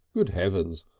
good heavens!